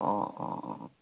অ' অ'